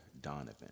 Donovan